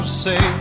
say